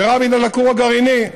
ורבין, על הכור הגרעיני,